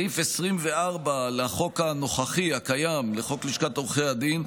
סעיף 24 לחוק הנוכחי, הקיים, חוק לשכת עורכי הדין,